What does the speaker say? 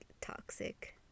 toxic